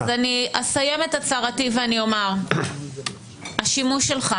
אסיים את הצהרתי ואומר השימוש שלך,